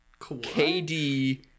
KD